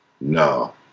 No